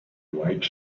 white